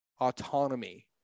autonomy